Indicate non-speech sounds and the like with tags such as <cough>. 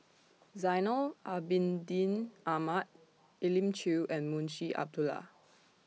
<noise> Zainal Abidin Ahmad Elim Chew and Munshi Abdullah <noise>